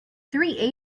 three